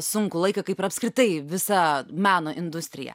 sunkų laiką kaip ir apskritai visa meno industrija